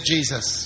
Jesus